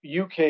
UK